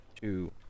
two